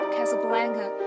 Casablanca